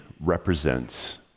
represents